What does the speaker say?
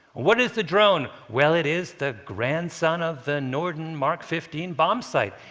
what is the drone? well it is the grandson of the norden mark fifteen bombsight.